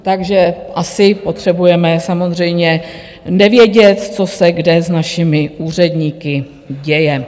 Takže asi potřebujeme samozřejmě nevědět, co se kde s našimi úředníky děje.